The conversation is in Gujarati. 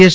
એસ